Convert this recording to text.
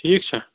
ٹھیٖک چھےٚ